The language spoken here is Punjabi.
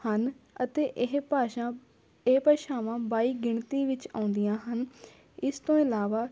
ਹਨ ਅਤੇ ਇਹ ਭਾਸ਼ਾ ਇਹ ਭਾਸ਼ਾਵਾਂ ਬਾਈ ਗਿਣਤੀ ਵਿੱਚ ਆਉਂਦੀਆਂ ਹਨ ਇਸ ਤੋਂ ਇਲਾਵਾ